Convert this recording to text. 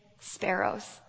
sparrows